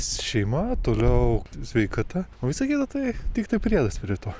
šeima toliau sveikata o visa kita tai tiktai priedas pie to